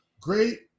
great